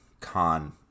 con